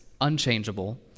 unchangeable